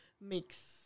mix